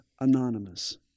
Anonymous